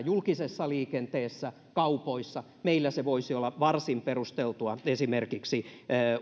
julkisessa liikenteessä kaupoissa meillä se voisi olla varsin perusteltua esimerkiksi